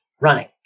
running